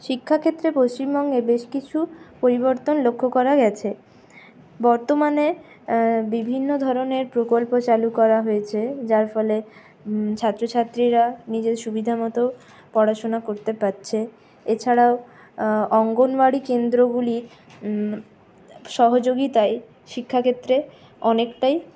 শিক্ষাক্ষেত্রে পশ্চিমবঙ্গে বেশকিছু পরিবর্তন লক্ষ্য করা গেছে বর্তমানে বিভিন্ন ধরনের প্রকল্প চালু করা হয়েছে যার ফলে ছাত্রছাত্রীরা নিজের সুবিধামতো পড়াশুনা করতে পারছে এছাড়াও অঙ্গনওয়াড়ি কেন্দ্রগুলির সহযোগিতায় শিক্ষাক্ষেত্রে অনেকটাই